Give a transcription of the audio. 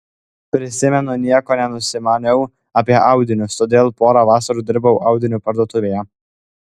prisimenu nieko nenusimaniau apie audinius todėl porą vasarų dirbau audinių parduotuvėje